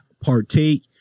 partake